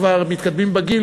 כבר מתקדמים בגיל,